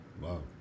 wow